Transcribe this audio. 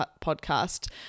Podcast